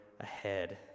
ahead